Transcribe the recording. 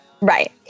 Right